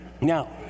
Now